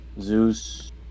zeus